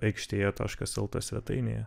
aikštėje taškas lt svetainėje